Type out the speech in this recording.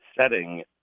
setting